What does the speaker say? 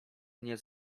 mnie